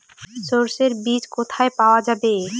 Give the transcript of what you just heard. সর্ষে বিজ কোথায় পাওয়া যাবে?